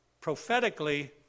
prophetically